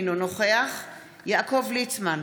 אינו נוכח יעקב ליצמן,